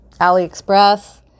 AliExpress